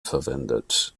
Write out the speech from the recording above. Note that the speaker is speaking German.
verwendet